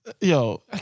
Yo